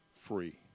free